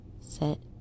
set